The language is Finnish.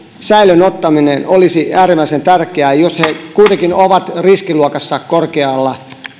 säilöön ottamisensa olisi äärimmäisen tärkeää jos he he kuitenkin ovat riskiluokassa korkealla